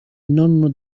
nonno